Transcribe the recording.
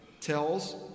tells